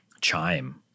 chime